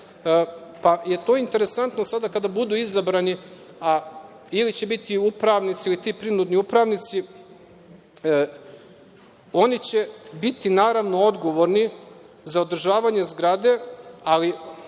pa je to interesantno sada kada budu izabrani, ili će biti upravnici ili ti prinudni upravnici, oni će biti, naravno, odgovorni za održavanje zgrade, ali